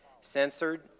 censored